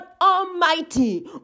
Almighty